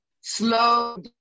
slow